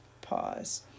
Pause